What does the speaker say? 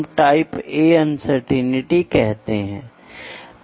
और आखिरी असाइनमेंट अगर मैं आपकी आँख को मापना चाहता हूं तो ठीक है मैं इसे कैसे करुंगा